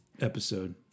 episode